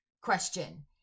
question